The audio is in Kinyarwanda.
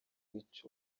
icyo